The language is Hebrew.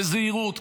בזהירות,